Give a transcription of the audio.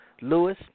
Lewis